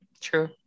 true